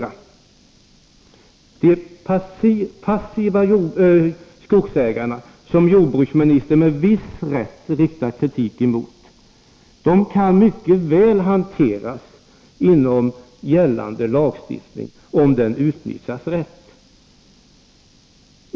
De passiva skogsägarna, som jordbruksministern med viss rätt riktar kritik mot, kan mycket väl hanteras inom ramen för gällande lagstiftning, om den utnyttjas rätt.